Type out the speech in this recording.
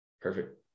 Perfect